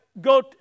go